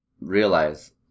realize